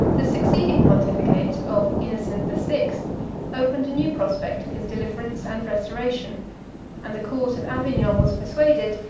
the succeeding pontificate of innocent the sixth opened a new prospect of his deliverance and restoration and the court of avignon was persuaded,